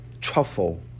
truffle